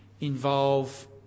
involve